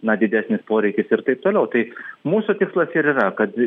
na didesnis poreikis ir taip toliau tai mūsų tikslas ir yra kad